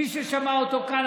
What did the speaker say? מי ששמע אותו כאן,